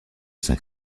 saint